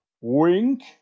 Wink